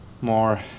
more